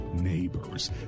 neighbors